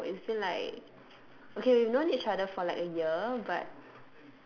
!wow! it's been like okay we've known each other for like a year but